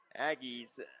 Aggies